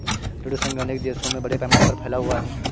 ऋण संघ अनेक देशों में बड़े पैमाने पर फैला हुआ है